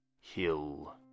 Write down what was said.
Hill